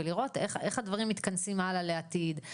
ולראות איך הדברים מתכנסים הלאה לעתיד,